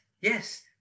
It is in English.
yes